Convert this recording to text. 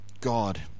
God